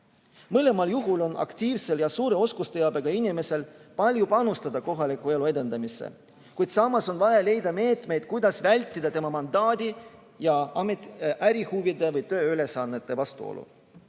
Mõlemal juhul on aktiivsel ja suure oskusteabega inimesel palju panustada kohaliku elu edendamisse, kuid samas on vaja leida meetmeid, kuidas vältida tema mandaadi ja ärihuvide või tööülesannete vastuolu.